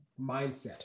mindset